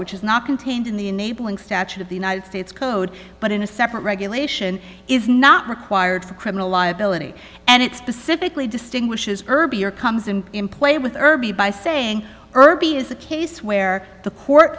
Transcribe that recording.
which is not contained in the enabling statute of the united states code but in a separate regulation is not required for criminal liability and it specifically distinguishes irby or comes in in play with irby by saying irby is a case where